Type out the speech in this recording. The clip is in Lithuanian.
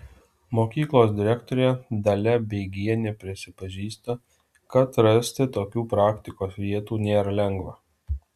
mokyklos direktorė dalia beigienė prisipažįsta kad rasti tokių praktikos vietų nėra lengva